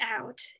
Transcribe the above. out